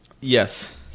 Yes